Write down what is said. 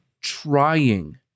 trying